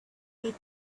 you